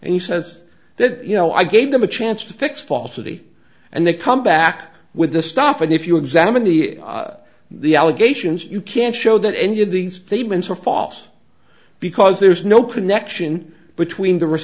and he says that you know i gave them a chance to fix falsity and they come back with this stuff and if you examine the the allegations you can't show that any of these statements are false because there's no connection between the r